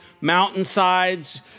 mountainsides